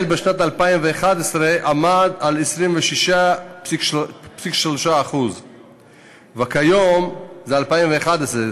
בשנת 2011 עמד על 26.3% זה ב-2011.